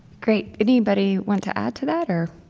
great. anybody want to add to that or?